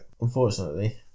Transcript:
Unfortunately